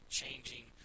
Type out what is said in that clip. changing